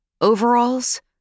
overalls